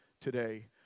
today